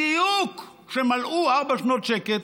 בדיוק כשמלאו ארבע שנות שקט,